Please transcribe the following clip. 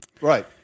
Right